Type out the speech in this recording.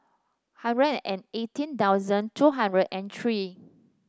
hundred and eighteen thousand two hundred and three